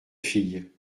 fille